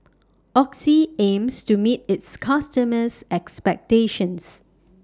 Oxy aims to meet its customers' expectations